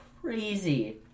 crazy